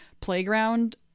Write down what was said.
playground